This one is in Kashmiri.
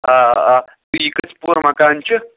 آ آ تہٕ یہِ کٔژ پوٚہَر مکان چھُ